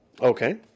Okay